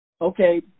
okay